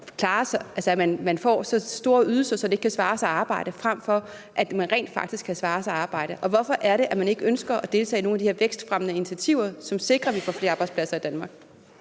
at man får så store ydelser, så det ikke kan svare sig at arbejde, fremfor at man får nogle ydelser, så det rent faktisk kan svare sig at arbejde? Og hvorfor ønsker man ikke at deltage i nogen af de her vækstfremmende initiativer, som sikrer, at vi får flere arbejdspladser i Danmark?